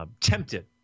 Tempted